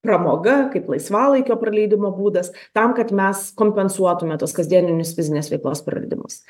pramoga kaip laisvalaikio praleidimo būdas tam kad mes kompensuotume tuos kasdieninius fizinės veiklos praradimus